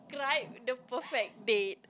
cried the perfect date